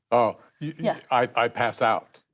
oh, yeah i'd pass out